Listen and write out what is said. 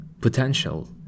potential